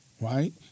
right